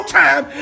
time